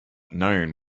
known